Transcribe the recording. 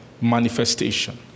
manifestation